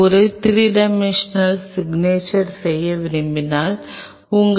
D 4 இன் 4 வெவ்வேறு செறிவு என்னிடம் உள்ளது